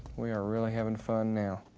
we are really having fun now.